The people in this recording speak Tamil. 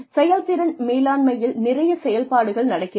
செயல்திறன் மேலாண்மையில் நிறையச் செயல்பாடுகள் நடக்கிறது